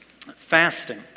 Fasting